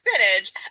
spinach